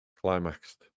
climaxed